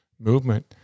movement